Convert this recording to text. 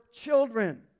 children